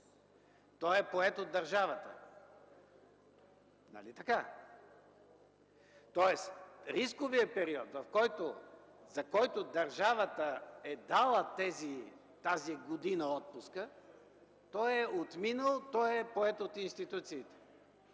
Той е поет от държавата, нали така? Тоест, рисковият период, за който държавата е дала тази година отпуска, той е отминал, той е поет от институциите.